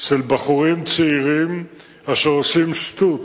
של בחורים צעירים אשר עושים שטות